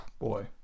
Boy